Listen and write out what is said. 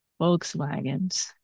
Volkswagens